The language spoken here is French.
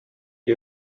est